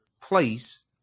place